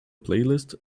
playlist